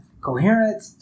coherent